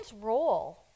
role